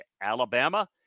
Alabama